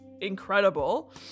incredible